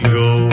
go